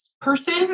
person